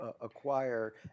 acquire